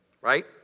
right